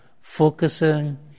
focusing